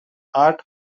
art